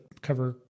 cover